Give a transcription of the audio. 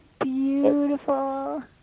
beautiful